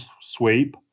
sweep